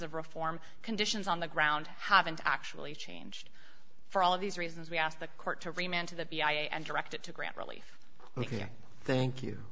of reform conditions on the ground haven't actually changed for all of these reasons we asked the court to remain to the v a and direct it to grant relief thank you